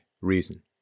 reason